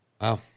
Wow